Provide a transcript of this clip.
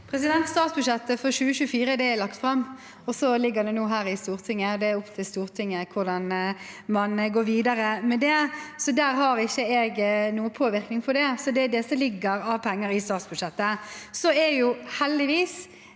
Statsbud- sjettet for 2024 er lagt fram, og nå ligger det her i Stortinget. Det er opp til Stortinget hvordan man går videre med det. Jeg har ikke noen påvirkning på det. Det er det som ligger av penger i statsbudsjettet. Heldigvis